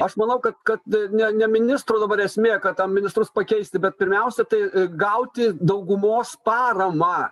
aš manau kad kad ne ne ministrų dabar esmė kad ten ministrus pakeisti bet pirmiausia tai gauti daugumos paramą